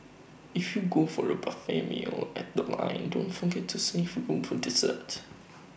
if you go for A buffet meal at The Line don't forget to save room for dessert